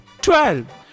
twelve